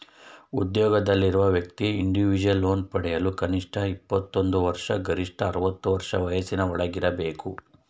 ಉದ್ಯೋಗದಲ್ಲಿರುವ ವ್ಯಕ್ತಿ individual loan ಪಡೆಯಲು ಕನಿಷ್ಠ ಇಪ್ಪತ್ತೊಂದು ವರ್ಷ ಗರಿಷ್ಠ ಅರವತ್ತು ವರ್ಷ ವಯಸ್ಸಿನ ಒಳಗಿರಬೇಕು